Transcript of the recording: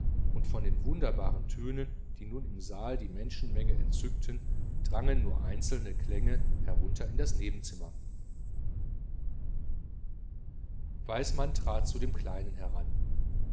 und von den wunderbaren tönen die nun im saal die menschenmenge entzückten drangen nur einzelne klänge herunter in das nebenzimmer weismann trat zu dem kleinen heran